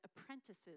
apprentices